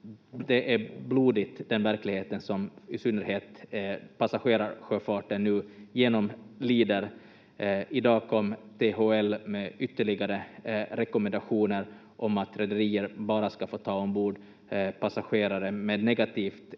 det är blodigt, den verklighet som i synnerhet passagerarsjöfarten nu genomlider. I dag kom THL med ytterligare rekommendationer om att rederier bara ska få ta ombord passagerare med negativt